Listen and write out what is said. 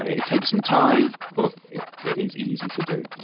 it takes some time but is easy to do.